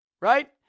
right